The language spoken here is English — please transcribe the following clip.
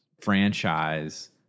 franchise